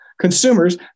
consumers